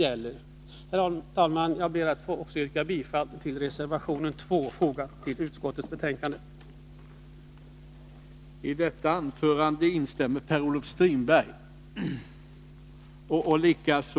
Herr talman! Jag ber också att få yrka bifall till den vid utskottets betänkande fogade reservation 2.